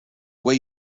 way